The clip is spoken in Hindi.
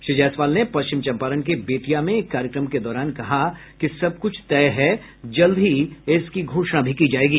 श्री जायसवाल ने पश्चिम चम्पारण के बेतिया में एक कार्यक्रम के दौरान कहा कि सब कुछ तय है जल्द ही इसकी घोषणा की जायेगी